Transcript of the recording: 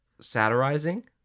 satirizing